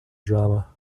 drama